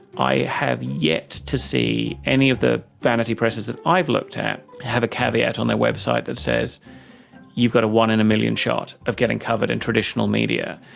i have yet to see any of the vanity presses that i've looked at have a caveat on their website that says you've got a one in a million shot of getting covered in traditional media,